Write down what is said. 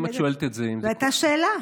אם את שואלת את זה, זו הייתה שאלה.